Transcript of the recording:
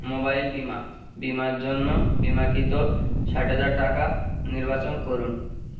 mobile বীমা বীমার জন্য বীমাকৃত ষাট হাজার টাকা নির্বাচন করুন